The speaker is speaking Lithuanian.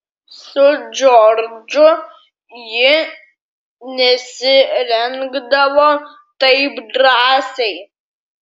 su džordžu ji nesirengdavo taip drąsiai